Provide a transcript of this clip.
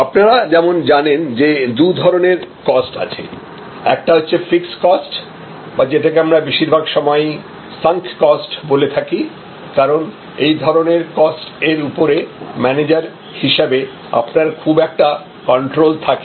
আপনারা যেমন জানেন যে দু ধরনের কস্ট আছে একটা হচ্ছে ফিক্সড কস্ট বা যেটাকে আমরা বেশিরভাগ সময়ই সাঙ্ক কস্ট বলে থাকি কারণ এই ধরনের কস্ট এর উপরে ম্যানেজার হিসাবে আপনার খুব একটা কন্ট্রোল থাকে না